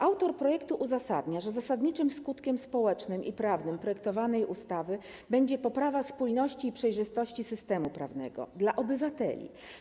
Autor projektu uzasadnia, że zasadniczym skutkiem społecznym i prawnym projektowanej ustawy będzie poprawa spójności i przejrzystości systemu prawnego dla obywateli.